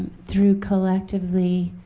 through collectively